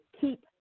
keep